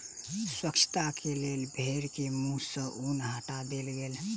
स्वच्छता के लेल भेड़ के मुख सॅ ऊन हटा देल गेल